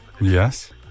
Yes